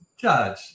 Judge